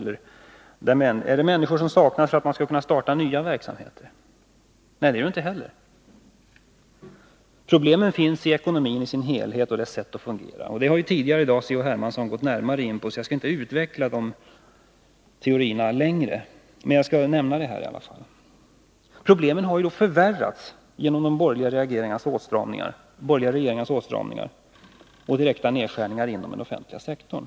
Är det människor som saknas för att man skall kunna starta nya verksamheter? Nej, det är det inte heller. Problemen finns i ekonomin i dess helhet och ekonomins sätt att fungera. Det har C.-H. Hermansson tidigare i dag gått närmare in på, så jag skall inte utveckla dessa teorier längre, utan nämner bara detta. Problemen har förvärrats genom de borgerliga regeringarnas åtstramningar och direkta nedskärningar inom den offentliga sektorn.